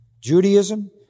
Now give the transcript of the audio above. Judaism